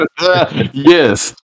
Yes